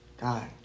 God